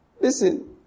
Listen